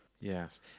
Yes